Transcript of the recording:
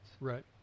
Right